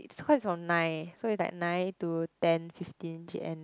it's quite from nine so it's like nine to ten fifteen P_M the